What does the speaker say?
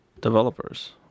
developers